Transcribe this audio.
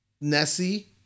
Nessie